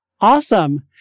Awesome